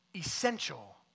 essential